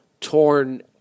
torn